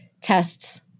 tests